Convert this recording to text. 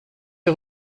est